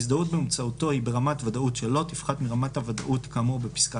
שההזדהות באמצעותו היא ברמת ודאות שלא תפחת מרמת הוודאות כאמור בפסקה